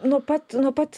nuo pat nuo pat